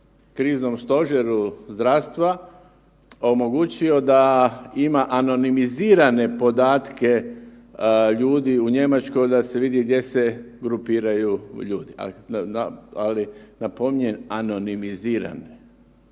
kriznom stožeru zdravstva omogućio da ima anonimizirane podatke ljudi u Njemačkoj da se vidi gdje se grupiraju ljudi, ali napominjem, anonimizirani.